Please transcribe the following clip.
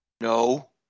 No